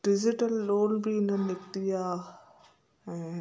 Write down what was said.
digital loan बि हींअर निकिती आहे ऐं